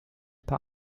paar